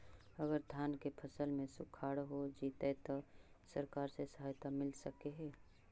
अगर धान के फ़सल में सुखाड़ होजितै त सरकार से सहायता मिल सके हे?